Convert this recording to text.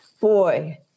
Boy